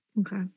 Okay